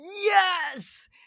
yes